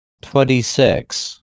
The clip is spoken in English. Twenty-six